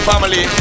Family